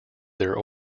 their